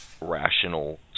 rational